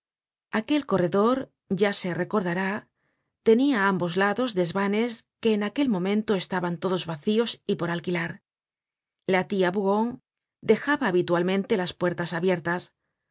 aquel corredor ya se recordará tenia á ambos lados desvanes que en aquel momento estaban todos vacíos y por alquilar la tia bougon dejaba habitualmente las puertas abiertas